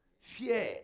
Fear